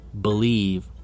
believe